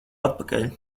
atpakaļ